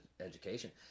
education